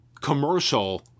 commercial